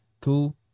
cool